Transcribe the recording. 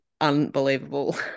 unbelievable